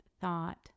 thought